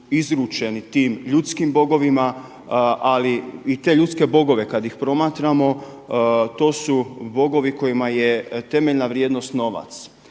izručeni tim ljudskim bogovima, ali i te ljudske bogove kada ih promatramo to su bogovi kojima je temeljna vrijednost novac.